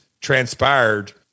transpired